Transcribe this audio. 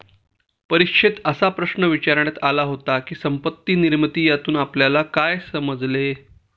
परीक्षेत असा प्रश्न विचारण्यात आला होता की, संपत्ती निर्मिती यातून आपल्याला काय समजले?